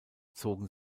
zogen